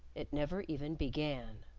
it never even began.